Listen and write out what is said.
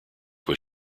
was